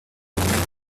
telescopes